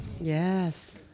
Yes